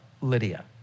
Lydia